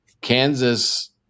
Kansas